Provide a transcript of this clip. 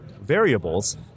variables